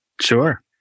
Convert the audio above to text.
Sure